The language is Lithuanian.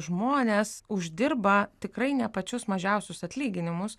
žmonės uždirba tikrai ne pačius mažiausius atlyginimus